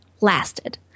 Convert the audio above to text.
lasted